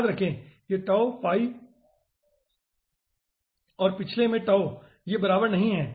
याद रखें यह और पिछले में ये बराबर नहीं हैं